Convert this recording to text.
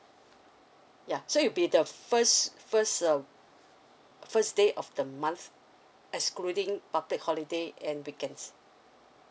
yeah so it'll be the first first uh first day of the month excluding public holiday and weekends